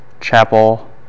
chapel